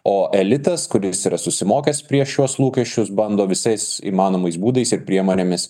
o elitas kuris yra susimokęs prieš šiuos lūkesčius bando visais įmanomais būdais ir priemonėmis